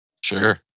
Sure